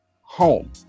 home